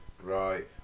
Right